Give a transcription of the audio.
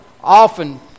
often